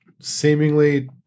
seemingly